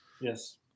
Yes